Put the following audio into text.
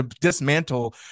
dismantle